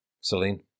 Celine